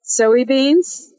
Soybeans